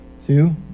Two